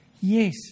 Yes